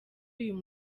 uyu